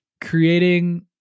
creating